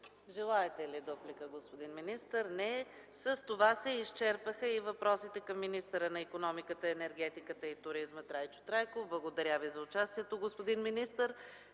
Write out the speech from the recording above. Желаете ли дуплика, господин министър? Не. С това се изчерпаха и въпросите към министъра на икономиката, енергетиката и туризма Трайчо Трайков. Благодаря Ви за участието, господин министър.